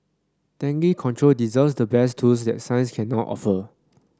dengue control deserves the best tools that science can now offer